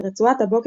שתי רצועות שידור